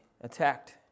attacked